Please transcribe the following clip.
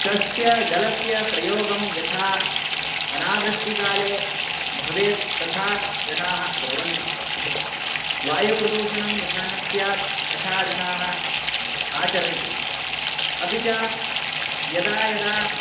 तस्य जलस्य प्रयोगं यथा अनावृष्टिकाले भवेत् तथा जनाः कुर्वन्ति वायुप्रदूषणं यथा न स्यात् तथा जनाः आचरन्ति अपि च यदा यदा